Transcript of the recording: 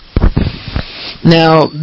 Now